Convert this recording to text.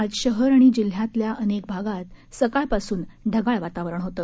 आज शहर आणि जिल्ह्यातील अनेक भागात सकाळपासूनच ढगाळ वातावरण होते